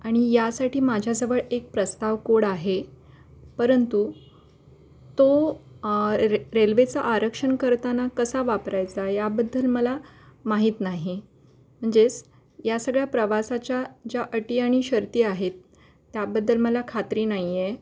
आणि यासाठी माझ्याजवळ एक प्रस्ताव कोड आहे परंतु तो रे रेल्वेचा आरक्षण करताना कसा वापरायचा याबद्दल मला माहीत नाही म्हणजेच या सगळ्या प्रवासाच्या ज्या अटी आणि शर्ती आहेत त्याबद्दल मला खात्री नाही आहे